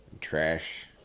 Trash